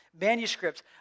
Manuscripts